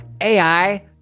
AI